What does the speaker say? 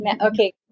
Okay